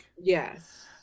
Yes